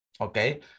okay